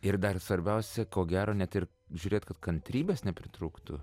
ir dar svarbiausia ko gero net ir žiūrėt kad kantrybės nepritrūktų